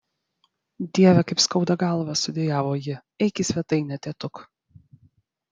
dieve kaip skauda galvą sudejavo ji eik į svetainę tėtuk